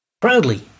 Proudly